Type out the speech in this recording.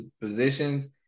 positions